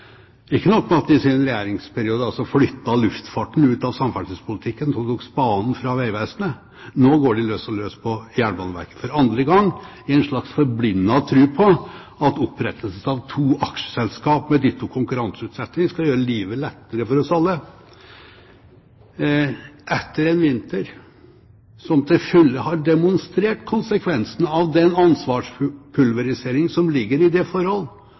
Ikke nok med at de i sin regjeringsperiode flyttet luftfarten ut av samferdselspolitikken og tok spaden fra Vegvesenet, nå går de også løs på Jernbaneverket, for andre gang, i en slags forblindet tro på at opprettelsen av to aksjeselskap med ditto konkurranseutsetting skal gjøre livet lettere for oss alle – etter en vinter som til fulle har demonstrert konsekvensen av den ansvarspulverisering som ligger i det forhold